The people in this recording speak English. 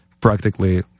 practically